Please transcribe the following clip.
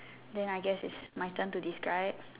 then I guess it's my turn to describe